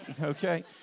Okay